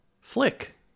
Flick